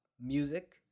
music